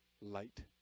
light